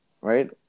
Right